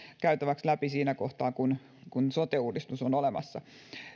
käytäväksi läpi siinä kohtaa kun kun sote uudistus on olemassa